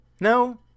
No